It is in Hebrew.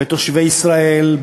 בתושבי ישראל,